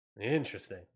Interesting